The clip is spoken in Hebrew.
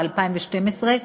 ב-2012,